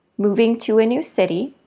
moving to a new city,